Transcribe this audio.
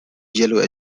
yellow